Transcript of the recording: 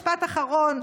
משפט אחרון,